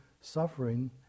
suffering